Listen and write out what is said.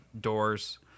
doors